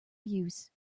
use